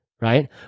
right